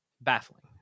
Baffling